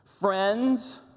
Friends